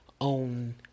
own